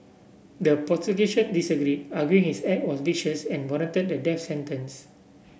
the prosecution disagree arguing his act was vicious and warranted the death sentence